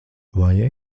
vai